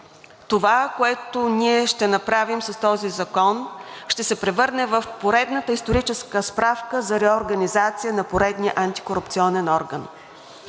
това, което ние ще направим с този закон, ще се превърне в поредната историческа справка за реорганизация на поредния антикорупционен орган.